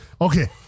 okay